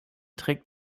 trägt